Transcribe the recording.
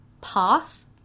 path